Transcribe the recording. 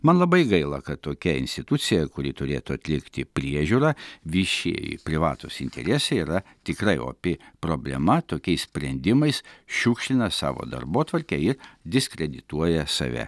man labai gaila kad tokia institucija kuri turėtų atlikti priežiūrą viešieji privatūs interesai yra tikrai opi problema tokiais sprendimais šiukšlina savo darbotvarkę ir diskredituoja save